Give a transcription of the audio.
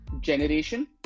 generation